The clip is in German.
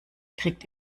kriegt